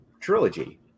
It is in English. trilogy